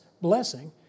blessing